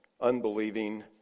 unbelieving